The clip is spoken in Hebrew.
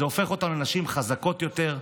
זה הופך אותן לנשים חזקות יותר,